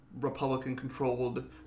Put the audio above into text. Republican-controlled